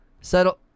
Settle